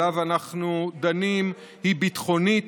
שעליו אנחנו דנים היא ביטחונית,